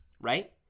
right